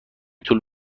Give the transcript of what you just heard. طول